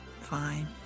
Fine